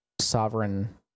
sovereign